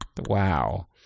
Wow